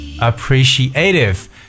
Appreciative